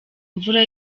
imvura